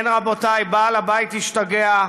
כן, רבותיי, בעל הבית השתגע.